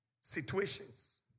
situations